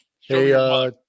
hey